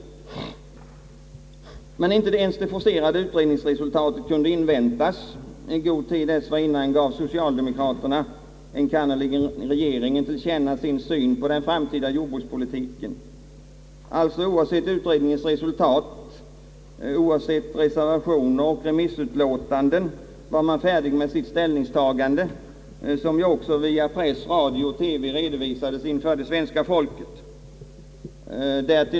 Men inte ens resulatet av det i slutomgången forcerade utredningsarbetet kunde inväntas, I god tid dessförinnan gav socialdemokraterna, enkannerligen regeringen, till känna sin syn på den framtida jordbrukspolitiken. Alldeles oavsett utredningsresultat, oavsett reservationer och remissutlåtanden var man färdig med sitt ställningstagande, som också via press, radio och TV redovisades inför svenska folket.